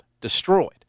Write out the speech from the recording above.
destroyed